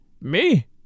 Me